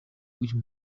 uyu